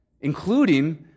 including